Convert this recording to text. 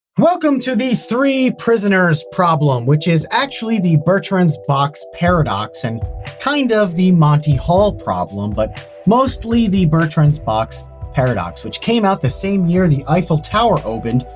welcome to the three prisoners problem. which is actually the bertrand's box paradox. and kind of the monty hall problem. but mostly the bertrand's box paradox which came out the same year the eiffel tower opened,